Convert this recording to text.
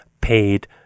paid